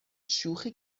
شوخی